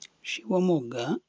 Shivamogga